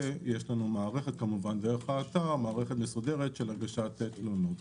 ויש לנו מערכת מסודרת דרך האתר של הגשת תלונות.